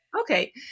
Okay